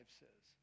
says